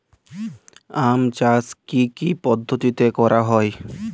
আম চাষ কি কি পদ্ধতিতে করা হয়?